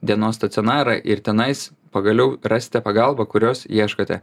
dienos stacionarą ir tenais pagaliau rasite pagalbą kurios ieškote